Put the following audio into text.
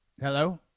hello